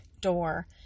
door